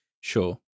sure